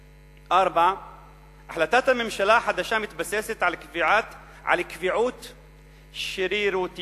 4. החלטת הממשלה החדשה מתבססת על קביעות שרירותיות,